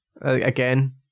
again